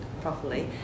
properly